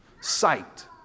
Sight